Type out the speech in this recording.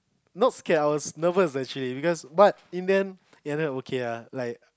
not scared I was nervous actually because but in the end it ended up okay ah like